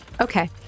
Okay